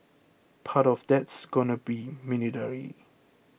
part of that's going to be military